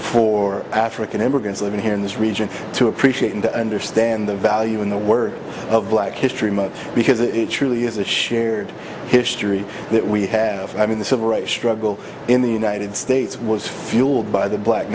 for african immigrants living here in this region to appreciate and to understand the value in the words of black history month because it truly is a shared history that we have i mean the civil rights struggle in the united states was fueled by the black